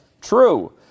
True